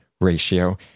ratio